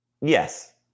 Yes